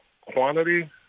quantity